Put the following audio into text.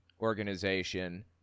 organization